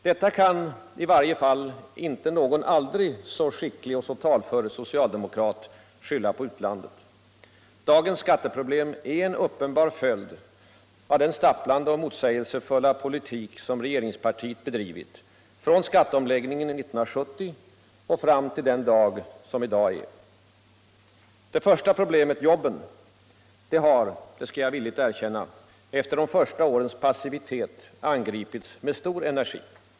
Detta kan i varje fall inte någon aldrig så skicklig socialdemokrat skylla på utlandet. Dagens skatteproblem är en uppenbar följd av den stapplande och motsägelsefulla politik som regeringspartiet bedrivit från skatteomläggningen 1970 och fram till den dag som i dag är. Det första problemet, jobben, har — det skall jag villigt erkänna — efter de första årens passivitet angripits med stor energi.